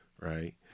right